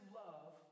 love